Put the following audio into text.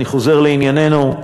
אני חוזר לענייננו,